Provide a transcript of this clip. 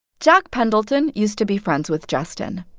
jack pendleton used to be friends with justin.